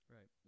Right